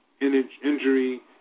Injury